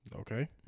Okay